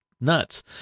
nuts